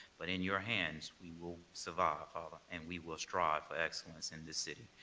but in your hands we will survive, father, and we will strive for excellence in this city.